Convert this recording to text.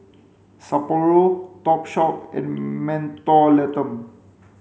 Sapporo Topshop and Mentholatum